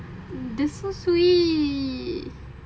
this so sweet